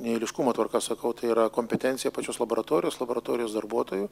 ne eiliškumo tvarka sakau tai yra kompetencija pačios laboratorijos laboratorijos darbuotojų